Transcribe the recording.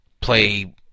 play